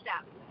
step